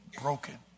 broken